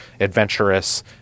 adventurous